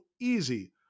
easy